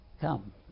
come